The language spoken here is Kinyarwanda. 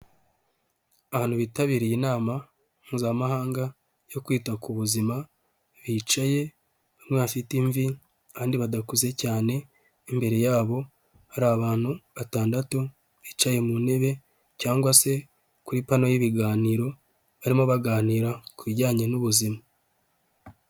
Abantu bitabiriye inama mpuzamahanga yo kwita ku buzima, bicaye, bamwe bafite imvi, abandi badakuze cyane, imbere yabo hari abantu batandatu bicaye mu ntebe cyangwa se kuri pano y'ibiganiro, barimo baganira ku bijyanye n'ubuzima.